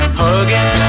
hugging